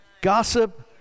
gossip